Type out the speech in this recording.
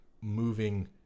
moving